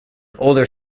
older